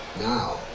Now